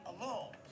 alone